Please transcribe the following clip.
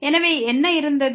எனவே என்ன இருந்தது